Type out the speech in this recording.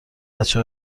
بچه